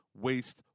waste